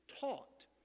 taught